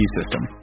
system